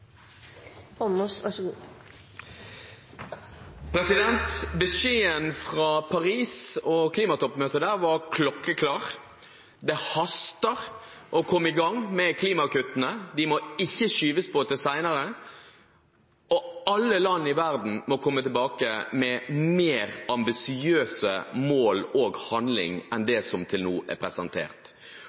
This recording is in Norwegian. Beskjeden fra Paris og klimatoppmøtet der var klokkeklar: Det haster med å komme i gang med klimakuttene. De må ikke skyves på til senere, og alle land i verden må komme tilbake med mer ambisiøse mål og handling enn det som til nå er presentert.